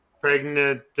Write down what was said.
pregnant